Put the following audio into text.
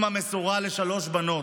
אימא מסורה לשלוש בנות.